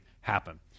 happen